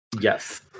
Yes